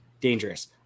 dangerous